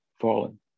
fallen